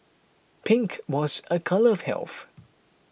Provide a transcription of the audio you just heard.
pink was a colour of health